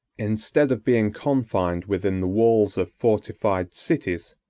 instead of being confined within the walls of fortified cities,